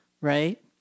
right